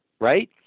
right